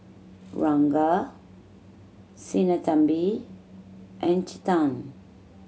Ranga Sinnathamby and Chetan